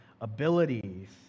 abilities